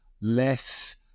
less